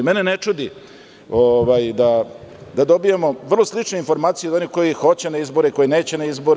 Mene ne čudi da dobijamo vrlo slične informacije od onih koji hoće na izbore i koji neće na izbore.